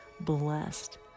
blessed